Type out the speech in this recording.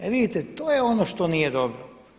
Evo vidite, to je ono što nije dobro.